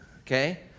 okay